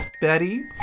Betty